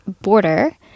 border